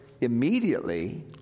immediately